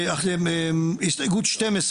הסתייגות 12: